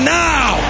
now